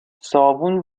صابون